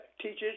teaches